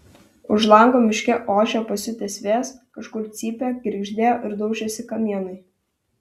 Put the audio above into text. už lango miške ošė pasiutęs vėjas kažkur cypė girgždėjo ir daužėsi kamienai